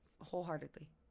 wholeheartedly